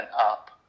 up